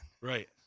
Right